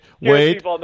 wait